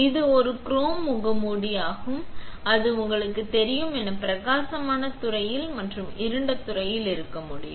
இது ஒரு குரோம் முகமூடி இருக்கும் அது உங்களுக்கு தெரியும் என பிரகாசமான துறையில் மற்றும் இருண்ட துறையில் இருக்க முடியும்